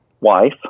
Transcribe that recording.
wife